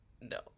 no